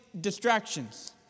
distractions